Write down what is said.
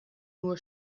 nur